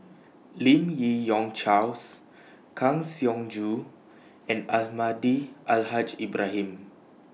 Lim Yi Yong Charles Kang Siong Joo and Almahdi Al Haj Ibrahim